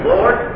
Lord